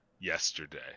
yesterday